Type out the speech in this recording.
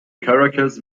caracas